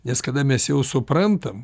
nes kada mes jau suprantam